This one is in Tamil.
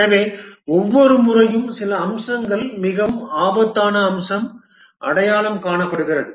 எனவே ஒவ்வொரு முறையும் சில அம்சங்கள் மிகவும் ஆபத்தான அம்சம் அடையாளம் காணப்படுகின்றன